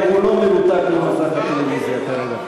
הוא כולו מרותק למסך הטלוויזיה כרגע.